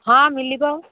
ହଁ ମିଳିବ